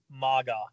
Maga